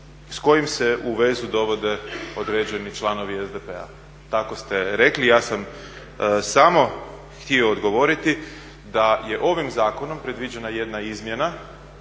s kojim se u vezu dovode određeni članovi SDP-a, tako ste rekli. Ja sam samo htio odgovoriti da je ovim zakonom predviđena jedna izmjena